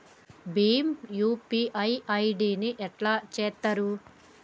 Bhim UPI ID ని ఎట్లా చేత్తరు?